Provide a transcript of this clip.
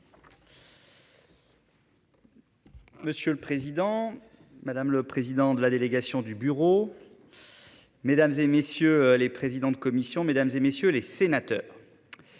Monsieur le président, madame le président de la délégation du bureau. Mesdames, et messieurs les présidents de commission mesdames et messieurs les sénateurs.